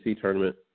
tournament